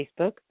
Facebook